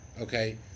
Okay